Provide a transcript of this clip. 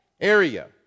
area